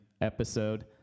episode